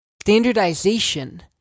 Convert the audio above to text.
Standardization